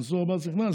מנסור עבאס נכנס,